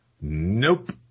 Nope